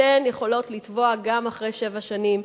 אתן יכולות לתבוע גם אחרי שבע שנים,